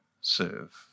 serve